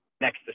next